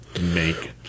make